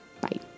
Bye